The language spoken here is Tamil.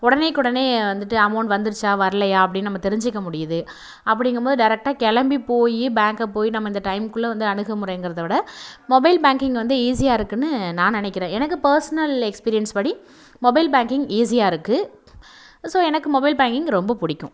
உடனேக்குடனே வந்துட்டு அமௌண்ட் வந்துடுத்தா வரலையா அப்படினு நம்ப தெரிஞ்சுக்க முடியிது அப்படிங்கும்போது டேரக்ட்டாக கிளம்பி போய் பேங்கை போய் நம்ம அந்த டைம்குள்ளே வந்து அணுகுமுறைங்கறதை விட மொபைல் பேங்கிங் வந்து ஈஸியாக இருக்குனு நான் நினைக்கிறேன் எனக்கு பர்சனல் எக்ஸ்பீரியன்ஸ் படி மொபைல் பேங்கிங் ஈஸியாக இருக்குது ஸோ எனக்கு மொபைல் பேங்கிங் ரொம்ப பிடிக்கும்